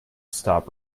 stop